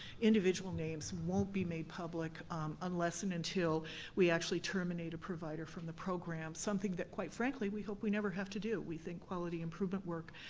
individual names won't be made public unless and until we actually terminate a provider from the program, something that quite frankly, we hope we never have to do. we think quality improvement work